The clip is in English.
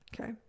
Okay